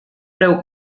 preu